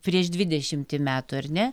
prieš dvidešimtį metų ar ne